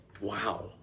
Wow